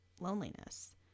loneliness